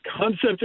concept